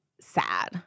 sad